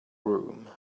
groom